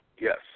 Yes